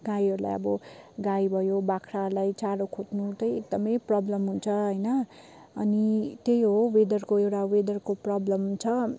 गाईहरूलाई अब गाई भयो बाख्राहरूलाई चारो खोज्नु एकदमै प्रब्लम हुन्छ होइन अनि त्यही हो वेदरको एउटा वेदरको प्रब्लम छ